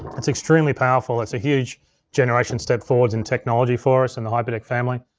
it's extremely powerful. it's a huge generation step forwards in technology for us in the hyperdeck family.